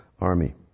army